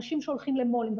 אנשים שהולכים למולים,